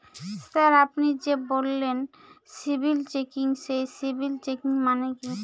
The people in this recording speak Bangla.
স্যার আপনি যে বললেন সিবিল চেকিং সেই সিবিল চেকিং মানে কি?